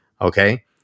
Okay